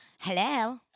Hello